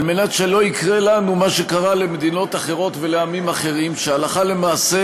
על מנת שלא יקרה לנו מה שקרה למדינות אחרות ולעמים אחרים שהלכה למעשה